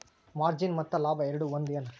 margin ಮತ್ತ ಲಾಭ ಎರಡೂ ಒಂದ ಏನ್